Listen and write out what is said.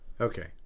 Okay